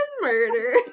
murder